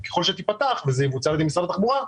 ככל שתיפתח וזה יבוצע על ידי משרד התחבורה,